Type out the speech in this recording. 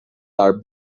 are